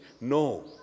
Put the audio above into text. No